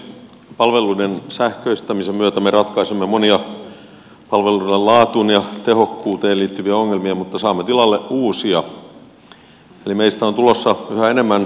palveluiden sähköistämisen myötä me ratkaisemme monia palveluiden laatuun ja tehokkuuteen liittyviä ongelmia mutta saamme tilalle uusia eli meistä on tulossa yhä enemmän nettiriippuvaisia